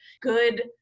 good